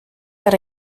that